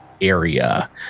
area